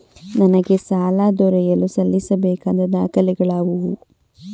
ನನಗೆ ಸಾಲ ದೊರೆಯಲು ಸಲ್ಲಿಸಬೇಕಾದ ದಾಖಲೆಗಳಾವವು?